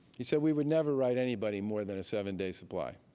he said, we would never write anybody more than a seven-day supply.